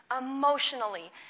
emotionally